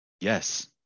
Yes